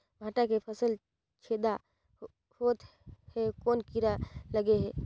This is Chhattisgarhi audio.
भांटा के फल छेदा होत हे कौन कीरा लगे हे?